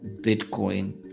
Bitcoin